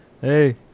hey